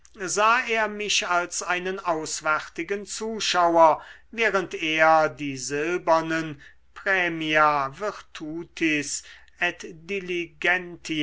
sah er mich als einen auswärtigen zuschauer während er die silbernen praemia virtutis